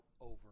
over